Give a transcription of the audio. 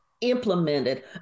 implemented